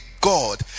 God